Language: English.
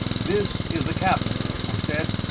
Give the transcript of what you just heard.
this is the captain, i said.